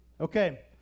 Okay